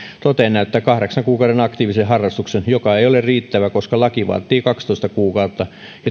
toteen näyttää kahdeksan kuukauden aktiivisen harrastuksen joka ei ole riittävä koska laki vaatii kaksitoista kuukautta